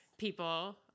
people